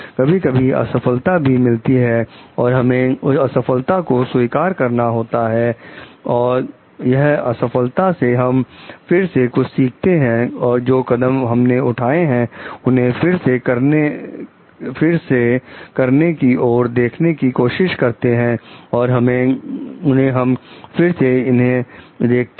कभी कभी असफलता भी मिलती है और हमें उस असफलता को स्वीकार करना होता है और उस असफलता से हम फिर से कुछ सीखते हैं और जो कदम हमने उठाए हैं उन्हें फिर से करने की और देखने की कोशिश करते हैं और उन्हें हम फिर से इसमें देखते हैं